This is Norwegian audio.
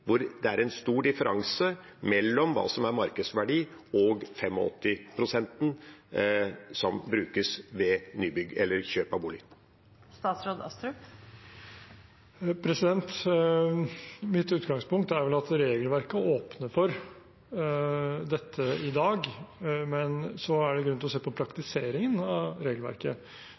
hvor det er en stor differanse mellom det som er markedsverdi og 85-prosenten, som brukes ved kjøp av bolig. Mitt utgangspunkt er vel at regelverket åpner for dette i dag, men så er det grunn til å se på praktiseringen av regelverket.